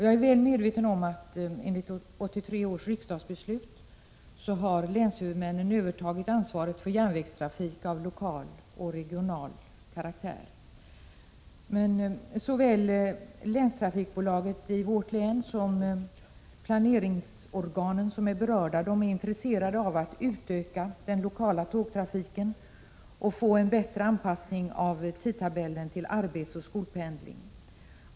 Jag är väl medveten om att länshuvudmännen, enligt 1983 års riksdagsbeslut, har ansvaret för järnvägstrafik av lokal och regional karaktär. Såväl länstrafikbolaget i vårt län som de berörda planeringsorganen är intresserade av att utöka den lokala tågtrafiken och få en bättre anpassning av tidtabellen till arbetsoch skolpendling.